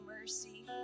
mercy